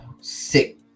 sick